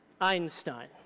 Einstein